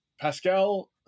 Pascal